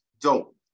dope